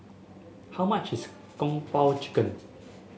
how much is Kung Po Chicken